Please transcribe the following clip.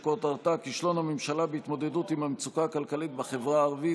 שכותרתה: כישלון הממשלה בהתמודדות עם המצוקה הכלכלית בחברה הערבית,